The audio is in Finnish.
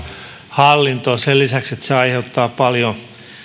hallintoa sen lisäksi että se aiheuttaa paljon